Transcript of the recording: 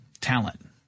talent